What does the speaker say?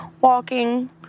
walking